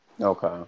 Okay